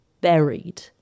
buried